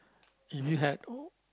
if you had o~